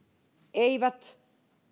eivät vain